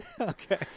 Okay